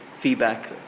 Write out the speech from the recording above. feedback